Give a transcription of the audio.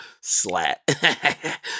slat